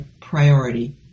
priority